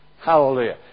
Hallelujah